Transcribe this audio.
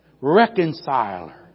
reconciler